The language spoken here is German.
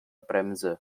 bremse